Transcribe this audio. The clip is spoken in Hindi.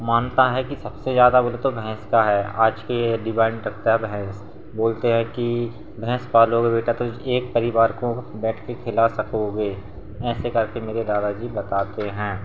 मानता है कि सबसे ज़्यादा गुड तो भैंस का है आज के डिमांड रखता है भैंस बोलते हैं की भैंस पालोगे रो तो बेटा एक परिवार को बैठ कर खिला सकोगे ऐसे करके मेरे दादा जी बताते हैं